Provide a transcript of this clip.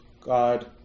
God